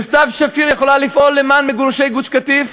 וסתיו שפיר יכולה לפעול למען מגורשי גוש-קטיף.